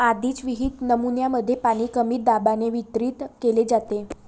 आधीच विहित नमुन्यांमध्ये पाणी कमी दाबाने वितरित केले जाते